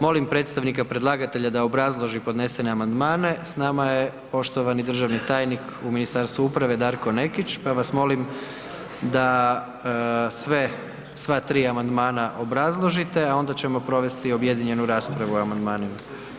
Molim predstavnika predlagatelja da obrazloži podnesene amandmane, s nama je poštovani državni tajnik u Ministarstvu uprave Darko Nekić, pa vas molim da sve, sva tri amandmana obrazložite, a onda ćemo provesti objedinjenu raspravu o amandmanima.